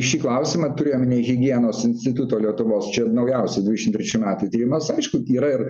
į šį klausimą turiu omeny higienos instituto lietuvos čia naujausia dvidešim trečių metų tyrimas aišku yra ir